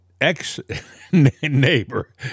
ex-neighbor